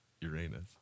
Uranus